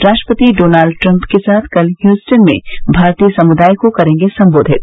राष्ट्रपति Donald Trump के साथ कल ह्यूस्टन में भारतीय समुदाय को करेंगे संबोधित